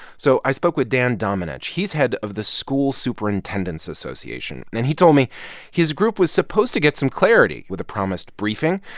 so i spoke with dan domenech. he's head of the school superintendents association. and he told me his group was supposed to get some clarity with a promised briefing.